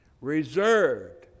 reserved